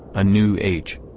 a new age.